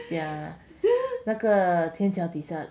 ya 那个天桥地下